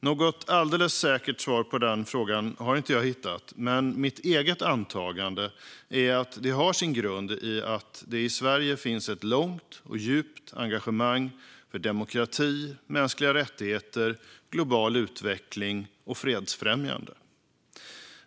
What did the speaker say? Något alldeles säkert svar på frågan har jag inte hittat, men mitt eget antagande är att det har sin grund i att det i Sverige finns ett långt och djupt engagemang för demokrati, mänskliga rättigheter, global utveckling och fredsfrämjande.